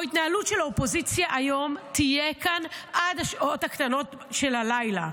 ההתנהלות של האופוזיציה היום תהיה כאן עד השעות הקטנות של הלילה.